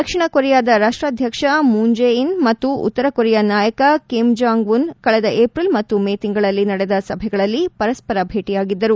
ದಕ್ಷಿಣ ಕೊರಿಯಾದ ರಾಷ್ಟಾಧ್ಯಕ್ಷ Moon Jae In ಮತ್ತು ಉತ್ತರ ಕೊರಿಯಾ ನಾಯಕ ಕಿಮ್ ಜಾಂಗ್ ವುನ್ ಕಳೆದ ಏಪ್ರಿಲ್ ಮತ್ತು ಮೇ ತಿಂಗಳಲ್ಲಿ ನಡೆದ ಸಭೆಗಳಲ್ಲಿ ಪರಸ್ಪರ ಭೇಟಿಯಾಗಿದ್ದರು